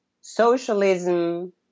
socialism